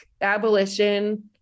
abolition